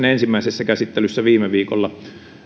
ensimmäisessä käsittelyssä viime viikolla